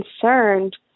concerned